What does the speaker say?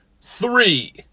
three